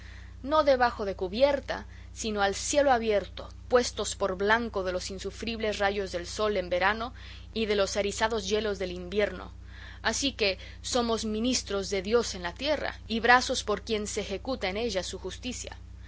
no debajo de cubierta sino al cielo abierto puestos por blanco de los insufribles rayos del sol en verano y de los erizados yelos del invierno así que somos ministros de dios en la tierra y brazos por quien se ejecuta en ella su justicia